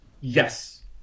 Yes